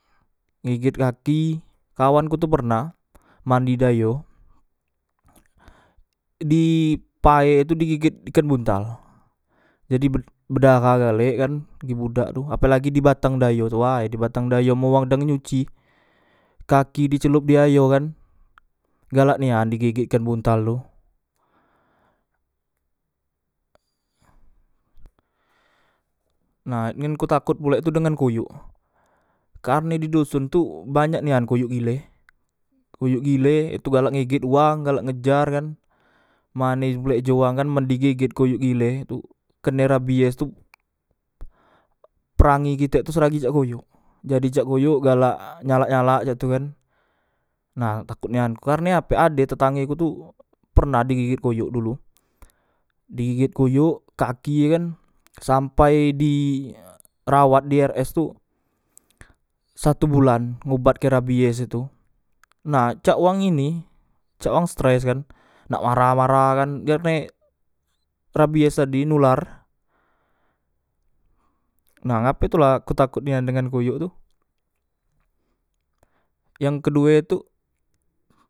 Ngeget kaki kawanku tu pernah mandi di ayo di pae tu di geget ikan buntal jadi be bedara galek kan di kaki budak tu apelagi di batang dayo way dibatang day men wang dang nyuci kaki di celop di ayo kan galak nia di geget ikan buntal tu nah ngan ku takot pulektu ngan koyok karne di doson tu banyak nian koyok gile koyok gile itu galak ngeget wang galak ngejar kan mane pulek ji wang kan men di geget koyok gile tu kene rabies tu prangi kite tu sragi cak koyok jadi cak koyok galak nyalak nyalak cak tu kan nah takot nian ku kerne ape ade tetanggeku tu pernah di geget koyok dulu di geget koyok kaki ye kan sampai di rawat di rs tu satu bula ngobatke rabies e tu nah cak wang ini cak wang stress kan nak marah marah kan kernek rabies tadi nular na ngape tula ku takot nian dengan koyok tu yang ke duetu